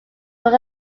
were